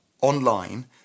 online